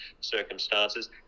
circumstances